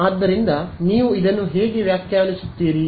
ಆದ್ದರಿಂದ ನೀವು ಇದನ್ನು ಹೇಗೆ ವ್ಯಾಖ್ಯಾನಿಸುತ್ತೀರಿ